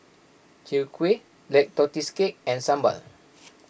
Chwee Kueh Black Tortoise Cake and Sambal